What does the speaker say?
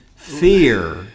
Fear